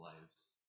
lives